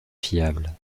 fiable